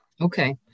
Okay